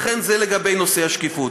לכן, זה לגבי נושא השקיפות.